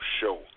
show